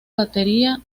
batería